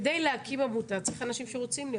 כדי להקים עמותה צריך אנשים שרוצים להיות